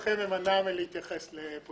אני אנסה להימנע מלהתייחס לפוליטיקה.